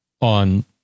on